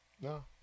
No